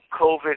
COVID